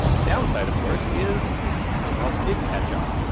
the downside of course is everyone else did catch up.